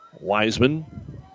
Wiseman